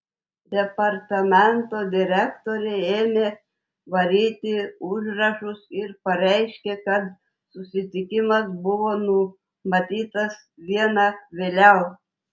departamento direktorė ėmė vartyti užrašus ir pareiškė kad susitikimas buvo numatytas diena vėliau